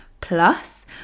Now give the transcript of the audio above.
Plus